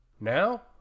Now